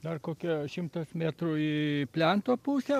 dar kokio šimtas metrų į plento pusę